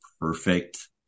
perfect